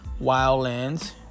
Wildlands